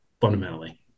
fundamentally